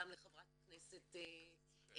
גם אל חברת הכנסת תמנו,